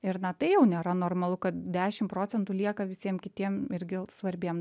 ir na tai jau nėra normalu kad dešim procentų lieka visiem kitiem irgi svarbiem